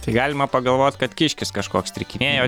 tai galima pagalvot kad kiškis kažkoks strikinėjo